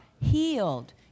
healed